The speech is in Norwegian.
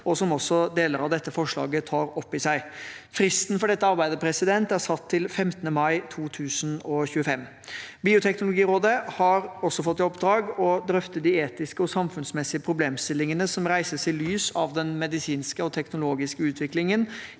og som også deler av dette forslaget tar opp i seg. Fristen for dette arbeidet er satt til 15. mai 2025. Bioteknologirådet har også fått i oppdrag å drøfte de etiske og samfunnsmessige problemstillingene som reises i lys av den medisinske og teknologiske utviklingen